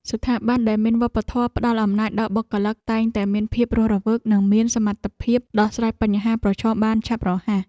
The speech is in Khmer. ស្ថាប័នដែលមានវប្បធម៌ផ្តល់អំណាចដល់បុគ្គលិកតែងតែមានភាពរស់រវើក និងមានសមត្ថភាពដោះស្រាយបញ្ហាប្រឈមបានឆាប់រហ័ស។